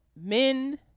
men